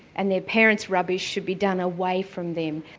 and their parents' rubbish should be done away from them.